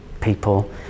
people